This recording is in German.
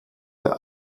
der